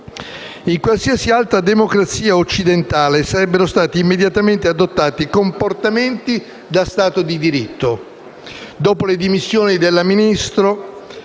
In qualsiasi altra democrazia occidentale sarebbero stati immediatamente adottati comportamenti da Stato di diritto: